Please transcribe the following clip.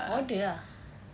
order ah